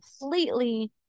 completely